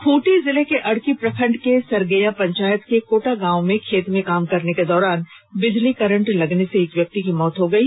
खूंटी जिले के अड़की प्रखंड के सरगेया पंचायत के कोटा गांव में खेत में काम करने के दौरान बिजली करंट लगने से एक व्यक्ति की मौत हो गयी